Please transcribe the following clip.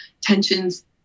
tensions